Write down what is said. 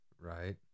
right